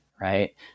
right